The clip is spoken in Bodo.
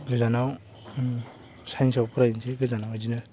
गोजानाव साइन्साव फरायनोसै गोजानाव बिदिनो